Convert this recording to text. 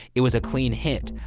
it was a clean hit.